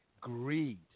greed